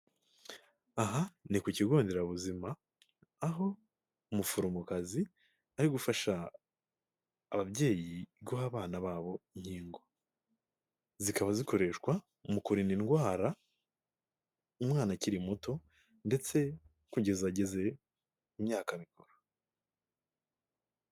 Aha ni ku kigo nderabuzima aho umuforomokazi ari gufasha ababyeyi guha abana babo inkingo, zikaba zikoreshwa mu kurinda indwara umwana akiri muto ndetse kugeza ageze mu myaka mikuru.